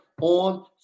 on